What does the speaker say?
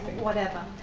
whatever.